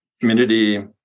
Community